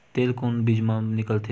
तेल कोन बीज मा निकलथे?